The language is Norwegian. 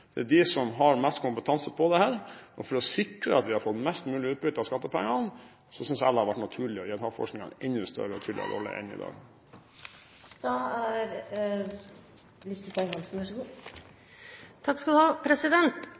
Det er de som har mest kompetanse på dette, og for å sikre størst mulig utbytte av skattepengene synes jeg det hadde vært naturlig å gi Havforskningsinstituttet en enda større og tryggere rolle enn i dag. Når det gjelder dette med å prioritere å delta i en forskningsdebatt, er